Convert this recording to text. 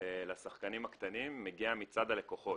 לשחקנים הקטנים מגיע מצד הלקוחות.